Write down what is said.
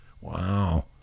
Wow